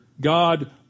God